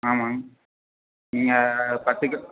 ஆமாங்க நீங்கள் பத்து கிலோ